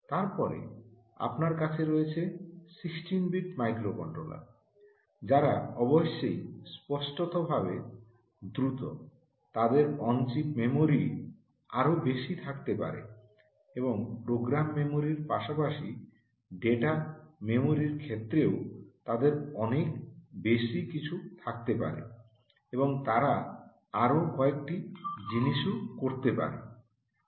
তারপরে আপনার কাছে রয়েছে 16 বিট মাইক্রোকন্ট্রোলার যারা অবশ্যই স্পষ্টভাবে দ্রুত তাদের অন চিপ মেমোরি আরও বেশি থাকতে পারে এবং প্রোগ্রাম মেমরির পাশাপাশি ডেটা মেমরির ক্ষেত্রেও তাদের অনেক বেশি কিছু থাকতে পারে এবং তারা আরও কয়েকটি জিনিসও করতে পারে